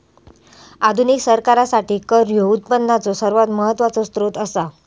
आधुनिक सरकारासाठी कर ह्यो उत्पनाचो सर्वात महत्वाचो सोत्र असा